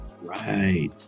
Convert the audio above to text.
Right